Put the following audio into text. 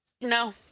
no